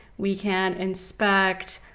we can inspect,